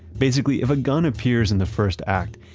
basically, if a gun appears in the first act.